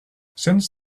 since